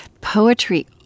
poetry